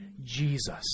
Jesus